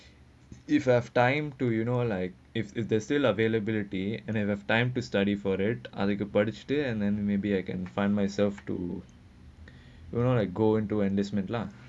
if I have time to you know like if if there's still availability and then you have time to study for it and then maybe I can find myself to well like go into enlistment lah